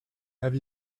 have